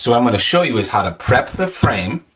so i'm gonna show you is how to prep the frame.